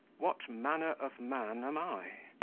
what manner of man am i.